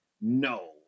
no